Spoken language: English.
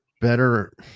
better